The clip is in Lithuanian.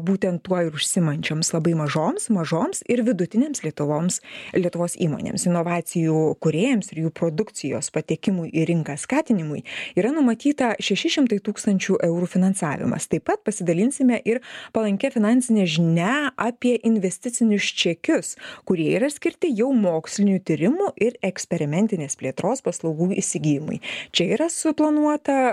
būtent tuo ir užsiimančioms labai mažoms mažoms ir vidutinėms lietuvoms lietuvos įmonėms inovacijų kūrėjams ir jų produkcijos patekimui į rinką skatinimui yra numatyta šeši šimtai tūkstančių eurų finansavimas taip pat pasidalinsime ir palankia finansine žinia apie investicinius čekius kurie yra skirti jau mokslinių tyrimų ir eksperimentinės plėtros paslaugų įsigijimui čia yra suplanuota